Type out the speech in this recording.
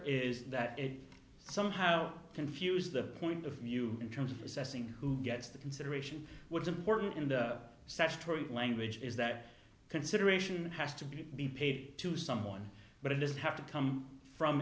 is that somehow confuse the point of view in terms of assessing who gets the consideration what's important and such true language is that consideration has to be be paid to someone but it doesn't have to come from